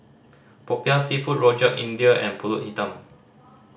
Popiah Seafood Rojak India and Pulut Hitam